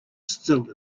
still